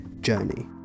journey